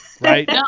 right